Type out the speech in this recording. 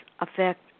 affect